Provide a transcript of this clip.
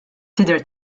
tidher